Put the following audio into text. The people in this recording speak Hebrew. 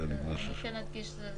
שיש להדגיש ש